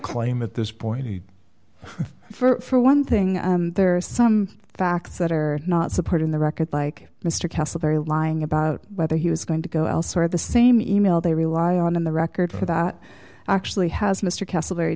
claim at this point for one thing there are some facts that are not supporting the record like mr castlebury lying about whether he was going to go elsewhere at the same email they rely on the record for that actually has mr castle